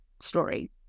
story